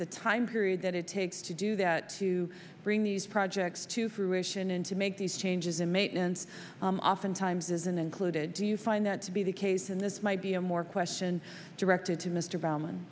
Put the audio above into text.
the time period that it takes to do that to bring these projects to fruition and to make these changes in maintenance oftentimes isn't included do you find that to be the case and this might be a more question directed to mr b